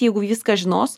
jeigu viską žinos